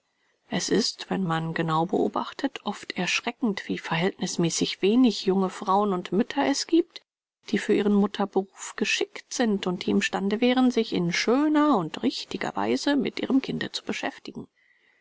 es ist wenn man genau beobachtet oft erschreckend wie verhältnißmäßig wenig junge frauen und mütter es gibt die für ihren mutterberuf geschickt sind und die im stande wären sich in schöner und richtiger weise mit ihrem kinde zu beschäftigen